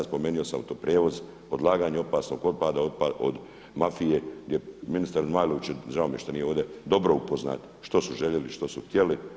Spomenuo sam Auto-prijevoz, odlaganje opasnog otpada od mafije gdje ministar Zmajlović – žao mi je što nije ovdje – dobro upoznat što su željeli, što su htjeli.